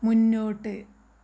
മുന്നോട്ട്